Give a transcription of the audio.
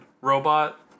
robot